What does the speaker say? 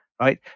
right